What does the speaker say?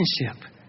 relationship